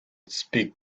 speak